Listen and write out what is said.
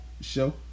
show